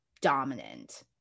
dominant